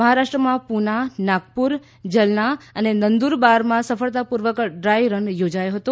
મહારાષ્ટ્રમાં પુના નાગપુર જલના અને નંદુરબારમાં સફળતાપૂર્વક ડ્રાય રન યોજાયો હતો